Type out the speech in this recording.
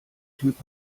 typ